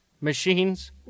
machines